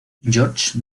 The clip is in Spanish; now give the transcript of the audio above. george